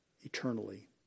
eternally